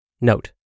Note